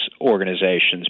organizations